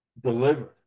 delivered